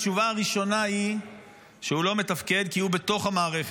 התשובה הראשונה היא שהוא לא מתפקד כי הוא בתוך המערכת.